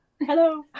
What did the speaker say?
Hello